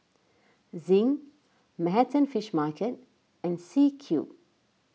Zinc Manhattan Fish Market and C Cube